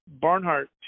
Barnhart